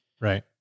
Right